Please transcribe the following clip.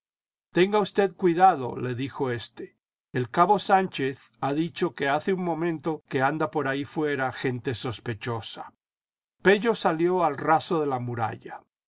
tenga usted cuidado le dijo éste el cabo sánchez ha dicho que hace un momento que anda por ahí fuera gente sospechosa pello salió al raso de la muralla